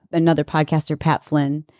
another podcaster pat flynn,